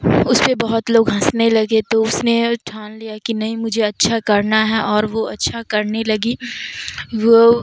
اس پہ بہت لوگ ہنسنے لگے تو اس نے ٹھان لیا کہ نہیں مجھے اچھا کرنا ہے اور وہ اچھا کرنے لگی وہ